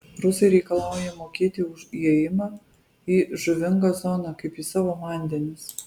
rusai reikalauja mokėti už įėjimą į žuvingą zoną kaip į savo vandenis